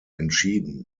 entschieden